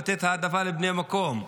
לתת העדפה לבני המקום?